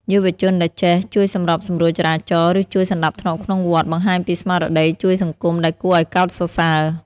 យុវជនដែលចេះ "ជួយសម្របសម្រួលចរាចរណ៍" ឬជួយសណ្ដាប់ធ្នាប់ក្នុងវត្ត បង្ហាញពីស្មារតីជួយសង្គមដែលគួរឱ្យកោតសរសើរ។